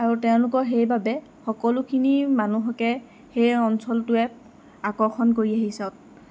আৰু তেওঁলোকৰ সেইবাবে সকলোখিনি মানুহকে সেই অঞ্চলটোৱে আকৰ্ষণ কৰি আহিছে